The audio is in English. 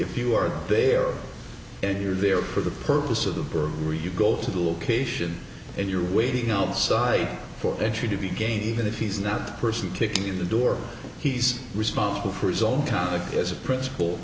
if you are there and you're there for the purpose of the read you go to the location if you're waiting outside for a tree to be gay even if he's not the person kicking in the door he's responsible for his own conduct as a principal